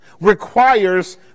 requires